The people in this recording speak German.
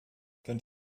könnt